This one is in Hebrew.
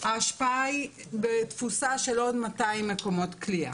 ההשפעה היא בתפוסה של עוד 200 מקומות כליאה.